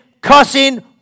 cussing